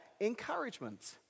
encouragement